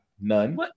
None